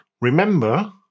Remember